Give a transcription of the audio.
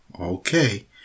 Okay